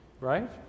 right